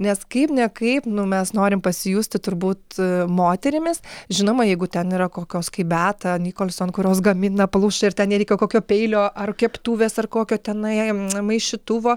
nes kaip ne kaip nu mes norim pasijusti turbūt moterimis žinoma jeigu ten yra kokios kai beata nikolson kurios gamina pluša ir ten nereikia kokio peilio ar keptuvės ar kokio tenai maišytuvo